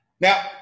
Now